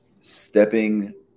stepping